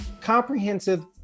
comprehensive